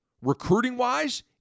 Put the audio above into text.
recruiting-wise